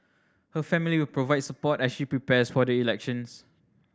her family will provide support as she prepares for the elections